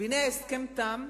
והנה, ההסכם תם,